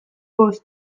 bost